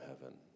heaven